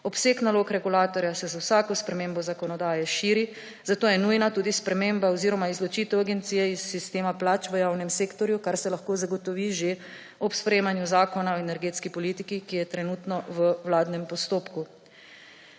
obseg nalog regulatorja se z vsako spremembo zakonodaje širi, zato je nujna tudi sprememba oziroma izločitev agencije iz sistema plač v javnem sektorju, kar se lahko zagotovi že ob sprejemanju Zakona o energetski politiki, ki je trenutno v vladnem postopku.